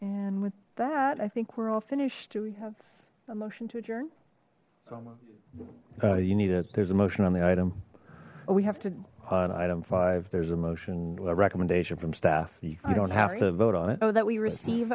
and with that i think we're all finished do we have a motion to adjourn you need it there's a motion on the item oh we have two on item five there's a motion a recommendation from staff you don't have to vote on it oh that we receive